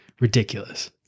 ridiculous